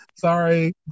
Sorry